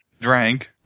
drank